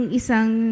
isang